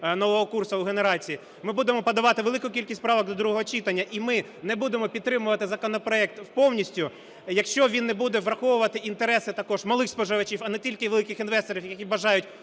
нового курсу в генерації. Ми будемо подавати велику кількість правок до другого читання, і ми не будемо підтримувати законопроект повністю, якщо він не буде враховувати інтереси також малих споживачів, а не тільки великих інвесторів, які бажають